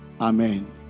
Amen